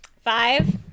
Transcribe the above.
Five